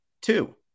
Two